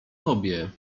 tobie